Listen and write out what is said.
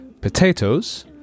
potatoes